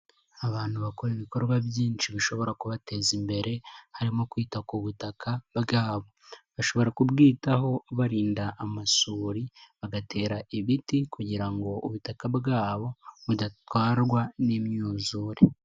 Abantu bakora ibikorwa byinshi bishobora kubateza imbere, harimo kwita ku butaka bwabo, bashobora kubwitaho birinda amasuri, bagatera ibiti kugira ngo ubutaka bwabo budatwarwa n'imyuzure.